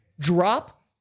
drop